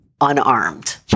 unarmed